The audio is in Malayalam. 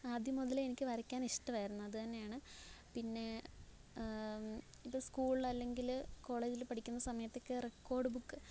ആദ്യം മുതലേ എനിക്ക് വരയ്ക്കാനിഷ്ടമായിരുന്ന് അത് തന്നെയാണ് പിന്നെ ഇപ്പോള് സ്കൂളില് അല്ലെങ്കില് കോളേജില് പഠിക്കുന്ന സമയത്തൊക്കെ റെക്കോര്ഡ് ബുക്ക്